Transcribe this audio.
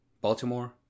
Baltimore